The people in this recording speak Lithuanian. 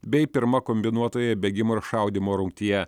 bei pirma kombinuotoje bėgimo ir šaudymo rungtyje